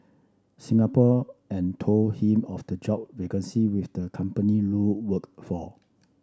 Singapore and told him of the job vacancy with the company Lu worked for